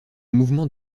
mouvement